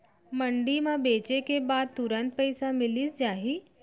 मंडी म बेचे के बाद तुरंत पइसा मिलिस जाही?